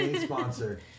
sponsor